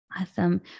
Awesome